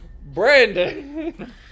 Brandon